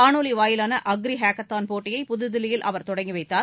காணொலி வாயிலான agri hackathon போட்டியை புதுதில்லியில் அவர் தொடங்கி வைத்தார்